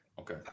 okay